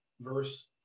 verse